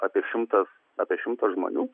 apie šimtas apie šimtas žmonių